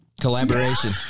collaboration